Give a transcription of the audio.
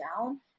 down